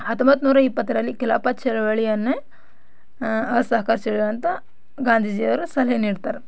ಹತ್ತೊಂಬತ್ತು ನೂರ ಇಪ್ಪತ್ತರಲ್ಲಿ ಖಿಲಾಫತ್ ಚಳುವಳಿಯನ್ನೇ ಅಸಹಕಾರ ಚಳುವಳಿ ಅಂತ ಗಾಂಧೀಜಿಯವರು ಸಲಹೆ ನೀಡ್ತಾರೆ